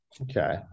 Okay